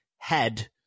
head